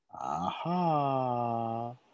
aha